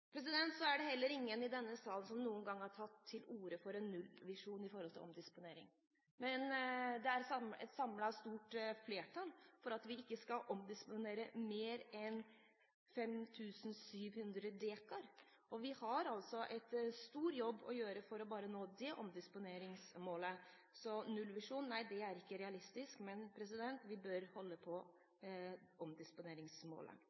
er heller ingen i denne sal som noen gang har tatt til orde for en nullvisjon med tanke på omdisponering, men det er et samlet, stort, flertall for at vi ikke skal omdisponere mer enn 5 700 dekar. Vi har altså en stor jobb å gjøre for bare å nå det omdisponeringsmålet. Så en nullvisjon er ikke realistisk, men vi bør holde